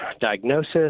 diagnosis